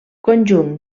conjunt